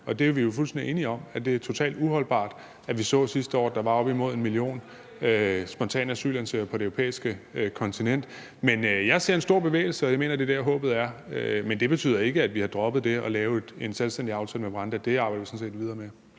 Og vi er jo fuldstændig enige om, at det, vi så sidste år, hvor der var op imod en million spontane asylansøgere på det europæiske kontinent, er totalt uholdbart. Men jeg ser en stor bevægelse, og jeg mener, det er der, håbet er. Men det betyder ikke, at vi har droppet det at lave en selvstændig aftale med Rwanda. Det arbejder vi sådan set videre med.